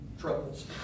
troubles